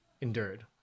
endured